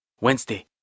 Wednesday